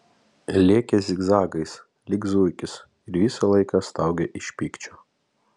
lėkė zigzagais lyg zuikis ir visą laiką staugė iš pykčio